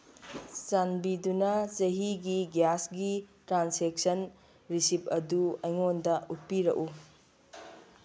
ꯆꯥꯟꯕꯤꯗꯨꯅ ꯆꯍꯤꯒꯤ ꯒ꯭ꯌꯥꯁꯒꯤ ꯇ꯭ꯔꯥꯟꯁꯦꯛꯁꯟ ꯔꯤꯁꯤꯞ ꯑꯗꯨ ꯑꯩꯉꯣꯟꯗ ꯎꯠꯄꯤꯔꯛꯎ